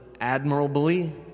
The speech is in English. admirably